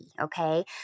okay